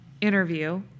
interview